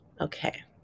Okay